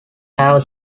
have